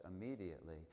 immediately